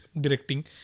directing